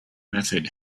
method